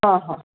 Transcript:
हां हां